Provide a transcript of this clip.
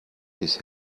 his